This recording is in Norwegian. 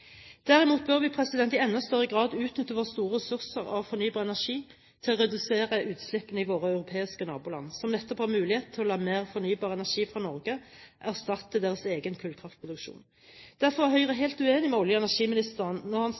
Derimot bør vi i enda større grad utnytte våre store ressurser av fornybar energi til å redusere utslippene i våre europeiske naboland, som nettopp har mulighet til å la mer fornybar energi fra Norge erstatte sin egen kullkraftproduksjon. Derfor var Høyre helt uenig med olje- og energiministeren